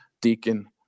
deacon